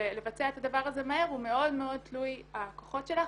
ולבצע את הדבר הזה מהר הוא מאוד תלוי הכוחות שלך.